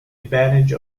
advantage